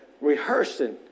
rehearsing